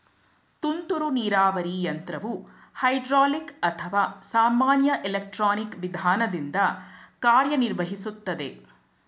ತುಂತುರು ನೀರಾವರಿ ಯಂತ್ರವು ಹೈಡ್ರೋಲಿಕ್ ಅಥವಾ ಸಾಮಾನ್ಯ ಎಲೆಕ್ಟ್ರಾನಿಕ್ ವಿಧಾನದಿಂದ ಕಾರ್ಯನಿರ್ವಹಿಸುತ್ತದೆ